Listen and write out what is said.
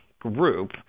group